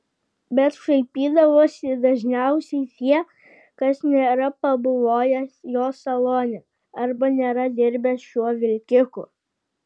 bet šaipydavosi dažniausiai tie kas nėra pabuvojęs jo salone arba nėra dirbęs šiuo vilkiku